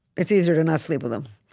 it's easier to not sleep with them.